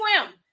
swim